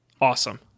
Awesome